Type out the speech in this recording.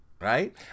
Right